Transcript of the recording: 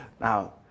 Now